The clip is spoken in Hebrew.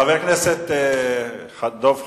חבר הכנסת דב חנין,